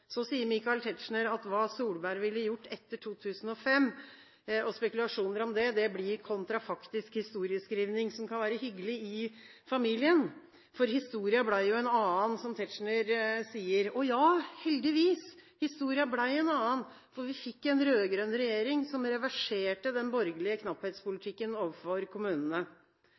Så sier Michael Tetzschner at hva Erna Solberg ville ha gjort etter 2005, og spekulasjoner om det, blir kontrafaktisk historieskrivning – som kan være hyggelig som familieunderholdning. Men historien ble en annen, som representanten Tetzschner sier. Ja, heldigvis – historien ble en annen. For vi fikk en rød-grønn regjering som reverserte den borgerlige knapphetspolitikken overfor kommunene,